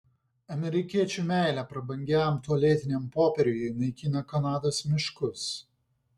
amerikiečių meilė prabangiam tualetiniam popieriui naikina kanados miškus